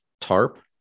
Tarp